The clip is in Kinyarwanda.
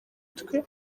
twe